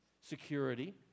security